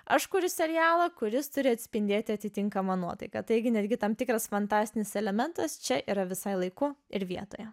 aš kuriu serialą kuris turi atspindėti atitinkamą nuotaiką taigi netgi tam tikras fantastinis elementas čia yra visai laiku ir vietoje